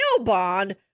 bond